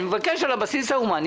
אני מבקש על הבסיס ההומני.